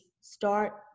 start